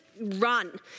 run